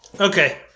Okay